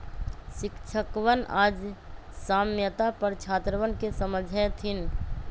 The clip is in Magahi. शिक्षकवन आज साम्यता पर छात्रवन के समझय थिन